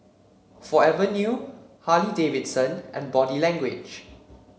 Forever New Harley Davidson and Body Language